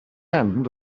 end